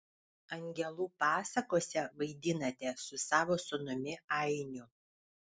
angelų pasakose vaidinate su savo sūnumi ainiu